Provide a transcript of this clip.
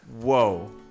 whoa